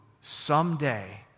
someday